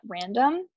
random